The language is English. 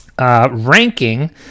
ranking